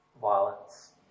violence